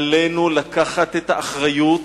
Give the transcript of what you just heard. עלינו לקחת את האחריות